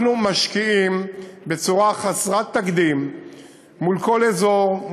אנחנו משקיעים בצורה חסרת תקדים בכל אזור,